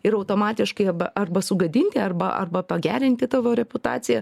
ir automatiškai arba sugadinti arba arba pagerinti tavo reputaciją